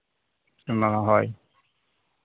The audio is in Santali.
ᱦᱳᱭ